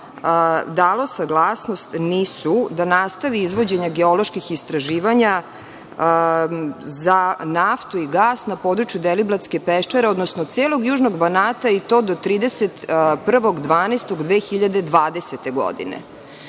dalo saglasnost NIS-u da nastavi izvođenje geoloških istraživanja za naftu i gas na području Deliblatske peščare, odnosno celog južnog Banata i to do 31. decembra 2020. godine.S